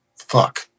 fuck